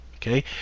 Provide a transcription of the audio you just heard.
Okay